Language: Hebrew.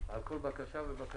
על כל בקשה ובקשה?